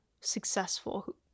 successful